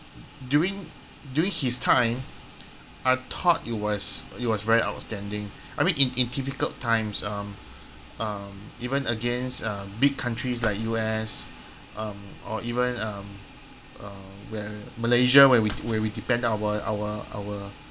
during during his time I thought it was it was very outstanding I mean in in difficult times um um even against uh big countries like U_S um or even um uh where malaysia where we where we depend our our our